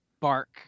bark